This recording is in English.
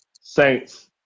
Saints